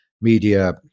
media